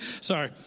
Sorry